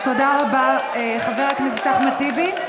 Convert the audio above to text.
תודה רבה, חבר הכנסת טיבי.